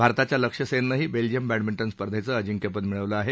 भारताच्या लक्ष्य सेननंही Belgium badminton स्पर्धेचं अजिंक्यपद मिळवलं आहे